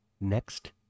next